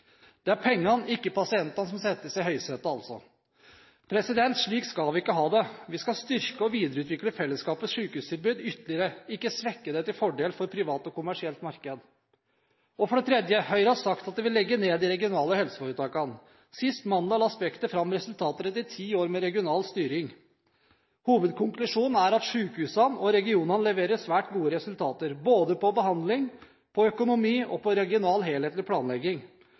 Det er pengene, ikke pasientene, som settes i høysetet. Slik skal vi ikke ha det. Vi skal styrke og videreutvikle fellesskapets sykehustilbud ytterligere, ikke svekke det til fordel for privat og kommersielt marked. Høyre har sagt at de vil legge ned de regionale helseforetakene. Sist mandag la Spekter fram resultater etter ti år med regional styring. Hovedkonklusjonen er at sykehusene og regionene leverer svært gode resultater, både på behandling, økonomi og regional helhetlig planlegging,